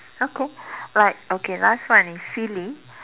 okay like okay last one is silly